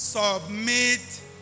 Submit